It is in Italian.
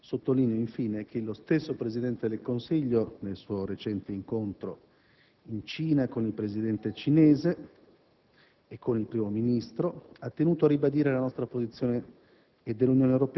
Sottolineo inoltre che lo stesso Presidente del Consiglio, nel suo recente incontro in Cina con il Presidente cinese e con il Primo Ministro, ha tenuto a ribadire le posizioni